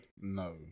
No